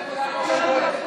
אתה מכיר את הגמרא הזאת.